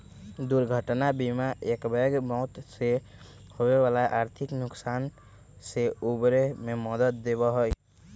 दुर्घटना बीमा एकबैग मौत से होवे वाला आर्थिक नुकसान से उबरे में मदद देवा हई